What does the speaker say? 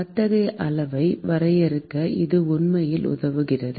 அத்தகைய அளவை வரையறுக்க இது உண்மையில் உதவுகிறது